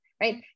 right